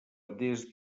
des